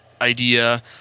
idea